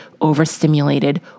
overstimulated